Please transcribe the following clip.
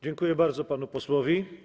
Dziękuję bardzo panu posłowi.